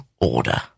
order